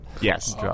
yes